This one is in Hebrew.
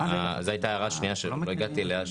זו הייתה ההערה השנייה שלי שעוד לא הגעתי אליה.